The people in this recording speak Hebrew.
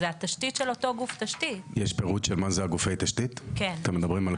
תן לי להשלים.